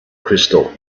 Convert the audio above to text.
crystal